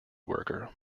worker